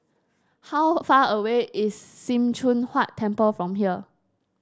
how far away is Sim Choon Huat Temple from here